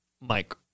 Mike